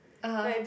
(uh huh)